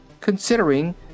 considering